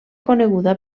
coneguda